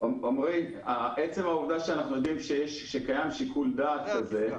עצם העובדה שאנחנו יודעים שקיים שיקול דעת כזה,